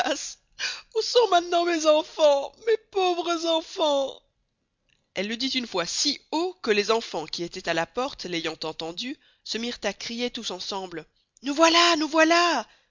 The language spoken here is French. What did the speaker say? où sont maintenant mes enfans mes pauvres enfans elle le dit une fois si haut que les enfans qui étoient à la porte l'ayant entendu se mirent à crier tous ensemble nous voyla nous voyla